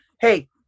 hey